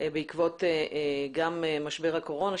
בעקבות משבר הקורונה,